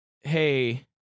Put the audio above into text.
hey